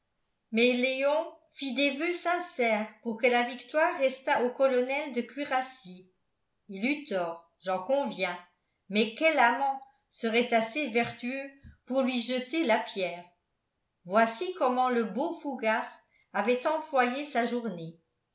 fit des voeux sincères pour que la victoire restât au colonel de cuirassiers il eut tort j'en conviens mais quel amant serait assez vertueux pour lui jeter la pierre voici comment le beau fougas avait employé sa journée